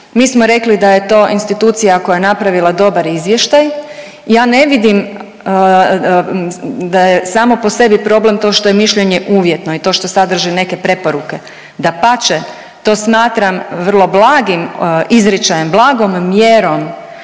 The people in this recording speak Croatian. mi smo rekli da je to institucija koja je napravila dobar izvještaj. Ja ne vidim da je samo po sebi problem to što je mišljenje uvjetno i to što sadrži neke preporuke, dapače, to smatram vrlo blagim izričajem, blagom mjerom